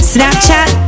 Snapchat